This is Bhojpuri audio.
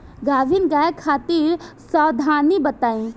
गाभिन गाय खातिर सावधानी बताई?